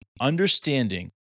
understanding